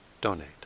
donate